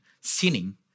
sinning